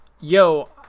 yo